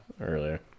Earlier